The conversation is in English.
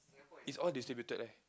it's all distributed